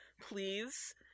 Please